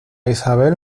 isabel